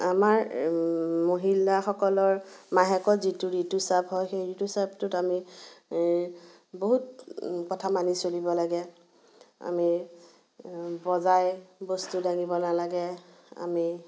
আমাৰ মহিলাসকলৰ মাহেকত যিটো ঋতুস্ৰাৱ হয় সেই ঋতুস্ৰাৱটোত আমি বহুত কথা মানি চলিব লাগে আমি বজাই বস্তু দাঙিব নালাগে আমি